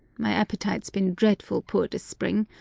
my appetite's been dreadful poor this spring.